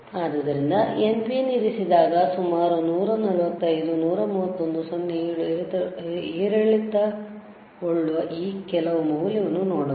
ಆದ್ದರಿಂದ NPN ಇರಿಸಿದಾಗ ಸುಮಾರು 145 131 0 7 ಏರಿಳಿತಗೊಳ್ಳುವ ಕೆಲವು ಮೌಲ್ಯವನ್ನು ನೋಡಬಹುದು